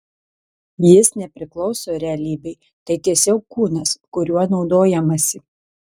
jis nepriklauso realybei tai tiesiog kūnas kuriuo naudojamasi